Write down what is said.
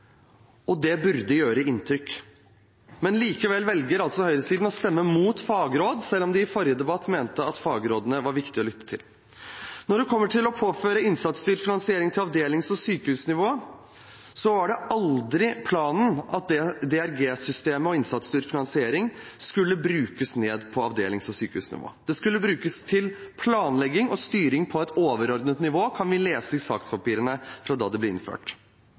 og det burde gjøre inntrykk. Likevel velger altså høyresiden å stemme mot fagråd, selv om de i forrige debatt mente at fagrådene var viktige å lytte til. Når det gjelder å påføre innsatsstyrt finansering på avdelings- og sykehusnivå, så var det aldri planen at DRG-systemet og innsatsstyrt finansiering skulle brukes ned på avdelings- og sykehusnivå. Det skulle brukes til planlegging og styring på et overordnet nivå, kan vi lese i sakspapirene fra da det ble innført.